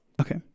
Okay